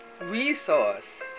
resource